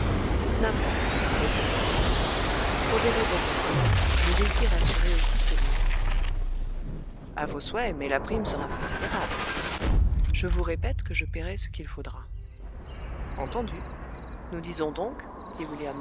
n'importe répondit kin fo pour des raisons personnelles je désire assurer aussi ce risque a vos souhaits mais la prime sera considérable je vous répète que je paierai ce qu'il faudra entendu nous disons donc